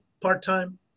part-time